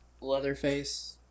leatherface